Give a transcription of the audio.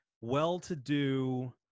well-to-do